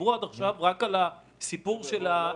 דיברו עד עכשיו רק על הסיפור של המענקים.